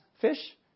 fish